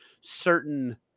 certain